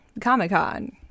Comic-Con